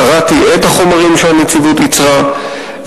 קראתי את החומרים שהנציבות ייצרה,